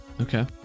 Okay